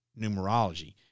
numerology